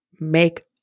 make